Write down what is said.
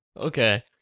Okay